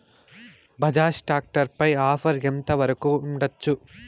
Bajaj tractor పై offer ఎంత వరకు ఉండచ్చు?